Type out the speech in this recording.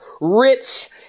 rich